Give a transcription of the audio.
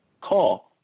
call